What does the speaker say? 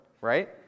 Right